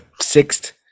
sixth